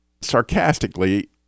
sarcastically